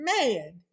man